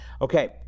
Okay